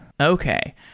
Okay